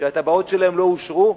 שהתב"עות שלהם לא אושרו,